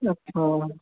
ਅੱਛਾ